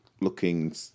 looking